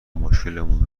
مشکلمون